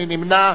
מי נמנע?